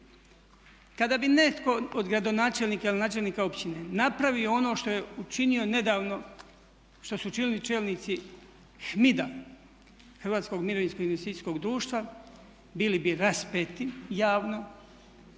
Kada bi netko od gradonačelnika ili načelnika općine napravio ono što su učinili čelnici HMID-a (Hrvatskog mirovinskog investicijskog društva) bili bi raspeti javno